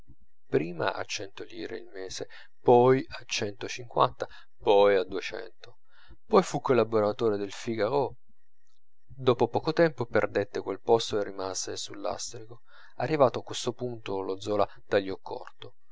prima a cento lire il mese poi a cento cinquanta poi a duecento poi fu collaboratore del figaro dopo poco tempo perdette quel posto e rimase sul lastrico arrivato a questo punto lo zola tagliò corto